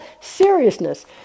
seriousness